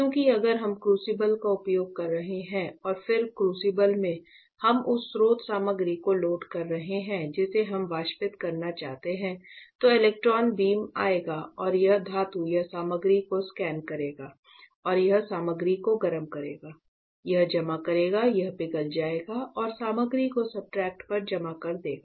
क्योंकि अगर हम क्रूसिबल का उपयोग कर रहे हैं और फिर क्रूसिबल में हम उस स्रोत सामग्री को लोड कर रहे हैं जिसे हम वाष्पित करना चाहते हैं तो इलेक्ट्रॉन बीम आएगा और यह धातु या सामग्री को स्कैन करेगा और यह सामग्री को गर्म करेगा यह जमा करेगा यह पिघल जाएगा और सामग्री को सब्सट्रेट पर जमा कर देगा